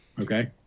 Okay